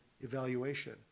evaluation